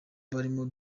barimo